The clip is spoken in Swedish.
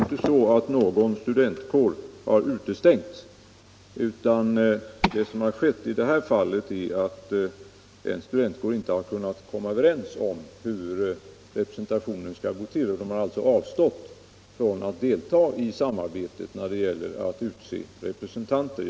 Herr talman! Det är inte så att någon studentkår har utestängts. Vad som har skett i detta fall är att en studentkår inte har kunnat komma överens om hur representationen skall se ut, och den har avstått från att delta i samarbetet när det gäller att utse representanter.